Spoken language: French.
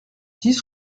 dix